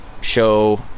show